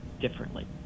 differently